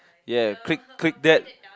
yeah click click that